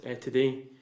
today